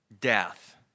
Death